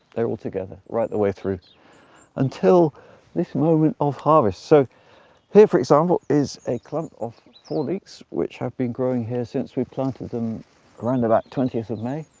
they're all together, right the way through until this moment of harvest. so here, for example is a clump of four leeks, which have been growing here since we planted them roundabout twentieth of may.